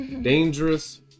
Dangerous